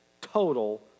Total